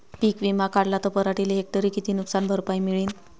पीक विमा काढला त पराटीले हेक्टरी किती नुकसान भरपाई मिळीनं?